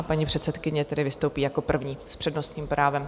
Paní předsedkyně tedy vystoupí jako první s přednostním právem.